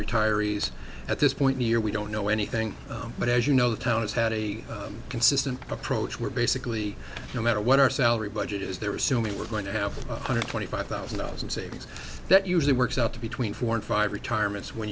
retirees at this point we're we don't know anything but as you know the town has had a consistent approach where basically no matter what our salary budget is there are so many we're going to have a hundred twenty five thousand dollars in savings that usually works out to between four and five retirements when